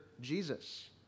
Jesus